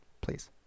Please